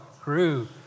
grew